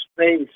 space